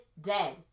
dead